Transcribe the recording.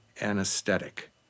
anesthetic